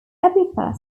epithet